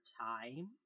time